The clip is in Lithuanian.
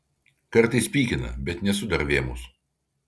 kartais pykina bet nesu dar vėmus